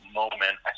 moment